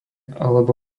alebo